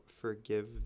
forgive